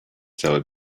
seller